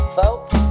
folks